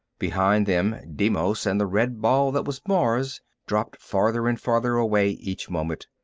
behind them deimos and the red ball that was mars dropped farther and farther away each moment,